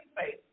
faith